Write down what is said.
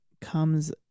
comes